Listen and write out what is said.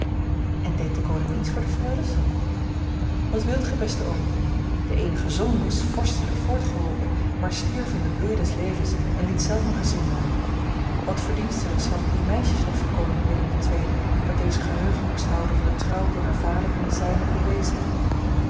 en deed de koning niets voor de freules wat wilt gij beste oom de eenige zoon was vorstelijk voortgeholpen maar stierf in den bloei des levens en liet zelf een gezin na wat verdienstelijks hadden die meisjes nog voor koning willem ii dat deze geheugen moest houden van de trouw door haar vader den zijnen bewezen